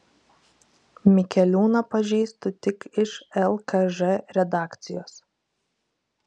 mikeliūną pažįstu tik iš lkž redakcijos